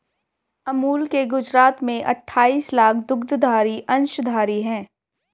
अमूल के गुजरात में अठाईस लाख दुग्धधारी अंशधारी है